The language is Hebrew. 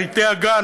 רהיטי הגן,